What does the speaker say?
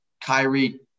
Kyrie